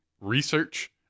research